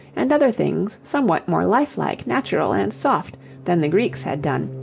and other things somewhat more life-like, natural, and soft than the greeks had done,